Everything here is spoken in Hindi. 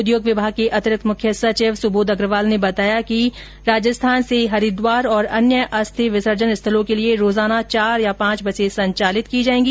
उद्योग विभाग के अतिरिक्त मुख्य सचिव सुबोध अग्रवाल ने बताया कि राजस्थान से हरिद्वार और अन्य अस्थी विसर्जन स्थलों के लिए रोजाना चार या पांच बसें संचालित होगी